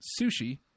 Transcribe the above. Sushi